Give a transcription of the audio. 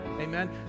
Amen